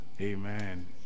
Amen